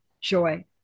joy